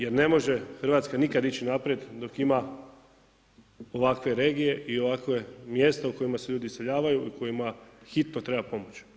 Jer ne može Hrvatska nikada ići naprijed dok ima ovakve regije i ovakve mjesta u kojima se ljudi iseljavaju kojima treba hitno pomoć.